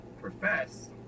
profess